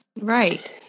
Right